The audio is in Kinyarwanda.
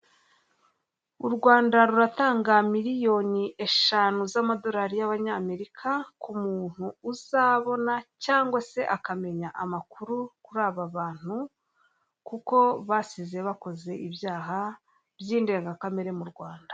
U Rwanda ruratanga miriyoni eshanu z'amadorari y'amanyamerika ku muntu uzabona cyangwa se akamenya amakuru kuri aba bantu kuko basize bakoze ibyaha by'indengakamere mu Rwanda.